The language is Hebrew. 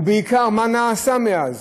ובעיקר, מה נעשה מאז